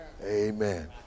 Amen